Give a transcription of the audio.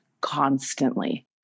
constantly